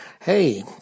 hey